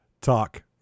Talk